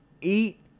eat